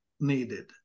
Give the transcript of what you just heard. needed